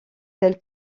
tels